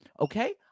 Okay